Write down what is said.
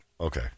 Okay